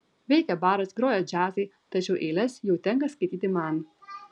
veikia baras groja džiazai tačiau eiles jau tenka skaityti man